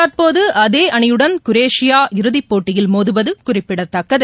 தற்போதுஅதேஅணியுடன் Croatia இறுதிபோட்டியில் மோதுவதுகுறிப்பிடத்தக்கது